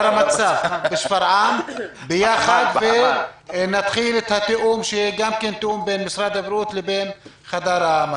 המצב בשפרעם ויחד נתחיל את התיאום בין משרד הבריאות לבין חדר המצב.